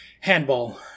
handball